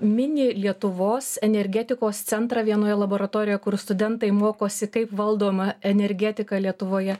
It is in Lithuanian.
mini lietuvos energetikos centrą vienoje laboratorijoje kur studentai mokosi kaip valdoma energetika lietuvoje